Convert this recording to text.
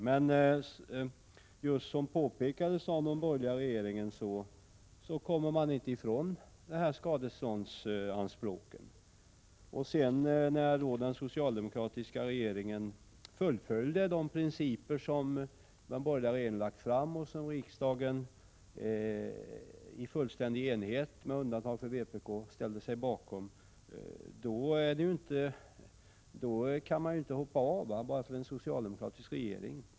Men, vilket påpekades av den borgerliga regeringen, man kommer inte ifrån skadeståndsanspråken. Den socialdemokratiska regeringen fullföljde sedan de principer som den borgerliga regeringen hade lagt fram och som riksdagen i fullständig enighet, med undantag för vpk, ställde sig bakom, och det kan man inte hoppa av bara därför att vi har en socialdemokratisk regering.